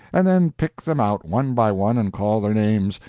and then pick them out one by one and call their names,